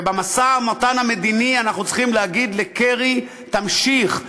ובמשא-ומתן המדיני אנחנו צריכים להגיד לקרי: תמשיך,